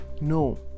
no